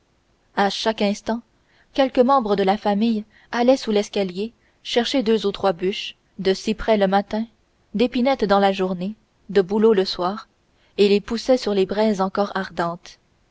à chaque instant quelque membre de la famille allait sous l'escalier chercher deux ou trois bûches de cyprès le matin d'épinette dans la journée de bouleau le soir et les poussait sur les braises encore ardentes